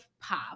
pop